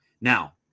Now